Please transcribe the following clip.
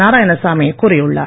நாராயணசாமி கூறியுள்ளார்